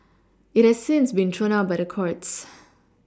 it has since been thrown out by the courts